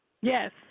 Yes